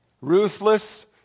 Ruthless